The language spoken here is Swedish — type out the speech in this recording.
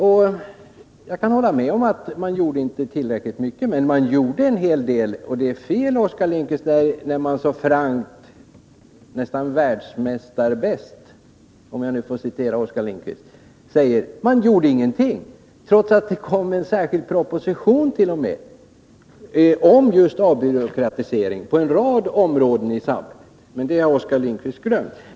Jag kan hålla med om att de inte gjorde tillräckligt mycket, men de gjorde en hel del. Det är fel när Oskar Lindkvist så frankt, nästan världsmästarbäst — om jag nu får använda Oskar Lindkvists språk — säger att de borgerliga inte gjorde någonting. De lade t.o.m. fram en särskild proposition om just avbyråkratisering på en rad områden i samhället, men det har Oskar Lindkvist glömt.